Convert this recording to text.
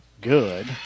Good